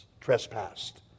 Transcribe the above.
trespassed